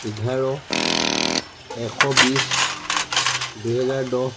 এঘাৰ এশ বিছ দুহেজাৰ দহ